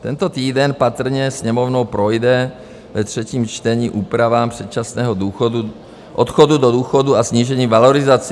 Tento týden patrně Sněmovnou projde ve třetím čtení k úpravám předčasného důchodu, odchodu do důchodu a snížení valorizací.